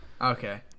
Okay